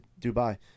Dubai